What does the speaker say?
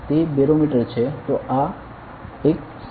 તે બેરોમીટર છે